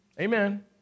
Amen